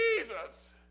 Jesus